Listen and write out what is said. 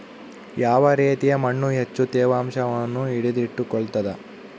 ಯಾವ ರೇತಿಯ ಮಣ್ಣು ಹೆಚ್ಚು ತೇವಾಂಶವನ್ನು ಹಿಡಿದಿಟ್ಟುಕೊಳ್ತದ?